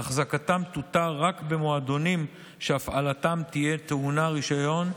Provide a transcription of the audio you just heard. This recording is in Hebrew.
והחזקתם תותר רק במועדונים שהפעלתם תהיה טעונה רישיון.